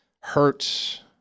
hurt